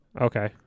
Okay